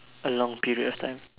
a long period of time